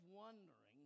wondering